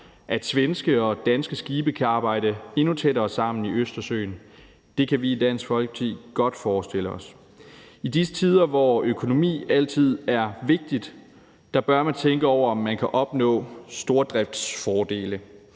at svenske og danske skibe kan arbejde endnu tættere sammen i Østersøen? Det kan vi i Dansk Folkeparti godt forestille os. I disse tider, hvor økonomi altid er vigtigt, bør man tænke over, om man kan opnå stordriftsfordele.